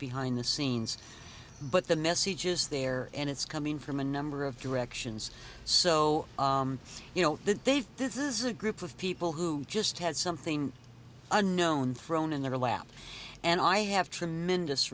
behind the scenes but the message is there and it's coming from a number of directions so you know that they've this is a group of people who just had something unknown thrown in their lap and i have tremendous